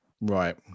Right